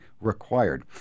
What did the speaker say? required